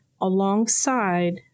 alongside